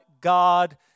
God